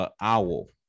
owl